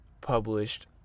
published